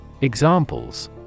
Examples